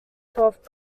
twelfth